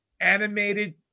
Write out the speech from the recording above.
Animated